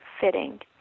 fitting